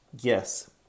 Yes